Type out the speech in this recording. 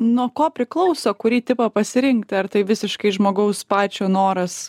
nuo ko priklauso kurį tipą pasirinkti ar tai visiškai žmogaus pačio noras